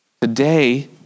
Today